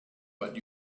what